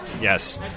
Yes